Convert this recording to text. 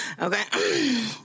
Okay